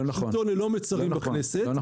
שלטון ללא מצרים בכנסת -- לא נכון,